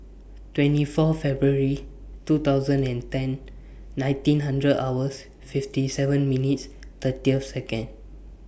twenty four February two thousand and ten nineteen hundred hours fifty seven minutes thirty Seconds